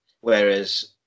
Whereas